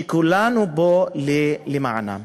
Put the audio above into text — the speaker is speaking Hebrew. שכולנו פה למענם.